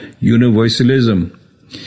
universalism